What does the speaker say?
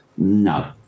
No